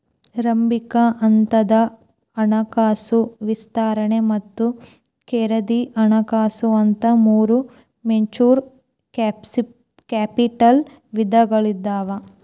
ಆರಂಭಿಕ ಹಂತದ ಹಣಕಾಸು ವಿಸ್ತರಣೆ ಮತ್ತ ಖರೇದಿ ಹಣಕಾಸು ಅಂತ ಮೂರ್ ವೆಂಚೂರ್ ಕ್ಯಾಪಿಟಲ್ ವಿಧಗಳಾದಾವ